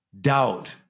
Doubt